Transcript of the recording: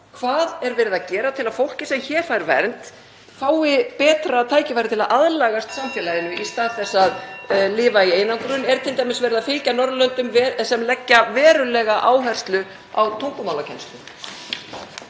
Hvað er verið að gera til að fólk sem hér fær vernd fái betra tækifæri til að aðlagast samfélaginu (Forseti hringir.) í stað þess að lifa í einangrun? Er t.d. verið að fylgja Norðurlöndunum sem leggja verulega áherslu á tungumálakennslu?